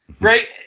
right